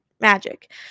magic